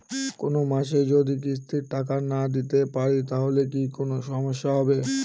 কোনমাসে যদি কিস্তির টাকা না দিতে পারি তাহলে কি কোন সমস্যা হবে?